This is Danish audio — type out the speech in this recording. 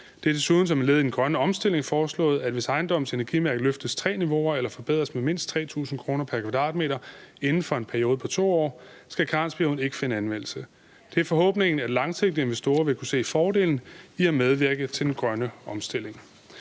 Det er desuden som led i den grønne omstilling foreslået, at hvis ejendommens energimærke løftes tre niveauer eller forbedres med mindst 3.000 kr. pr. m2 inden for en periode på 2 år, skal karensperioden ikke finde anvendelse. Det er forhåbningen, at langsigtede investorer vil kunne se fordelen i at medvirke til den grønne omstilling.